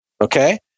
Okay